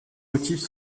motifs